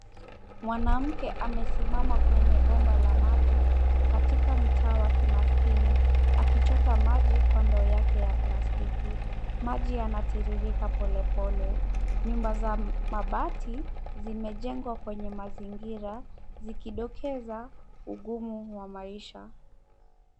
Mwanamke amesimama kwenye bomba la maji, katika mtaa wa kimaskini. Akichota maji kwa ndoo yake ya plastiki. Maji yanatirirka pole pole. Nyumba za mabati zimejengwa kwenye mazingira, zikidokeza ugumu wa maisha.